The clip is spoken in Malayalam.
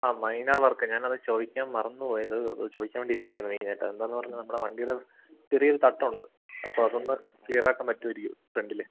ആ മൈനാ വർക്ക് ഞാൻ അത് ചോദിക്കാൻ മറന്നു പോയത് അത് ചോദിക്കാൻ വേണ്ടി ഇരിക്കുകയായിരുന്നു ചേട്ടാ എന്താണെന്ന് പറഞ്ഞാൽ നമ്മുടെ വണ്ടിയുടെ ചെറിയ ഒരു തട്ട് ഉണ്ട് അപ്പം അതൊന്ന് ക്ലിയറാക്കാൻ പറ്റുമായിരിക്കുമോ ഫ്രണ്ടിൽ